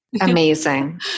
Amazing